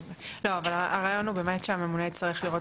לא, אבל הרעיון הוא באמת שהממונה יצטרך לראות.